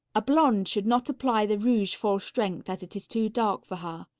a blonde should not apply the rouge full strength, as it is too dark for her.